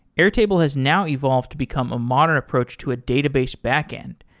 airtable has now evolved to become a modern approach to a database backend.